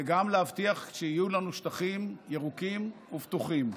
וגם להבטיח שיהיו לנו שטחים ירוקים ובטוחים.